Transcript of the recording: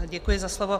Děkuji za slovo.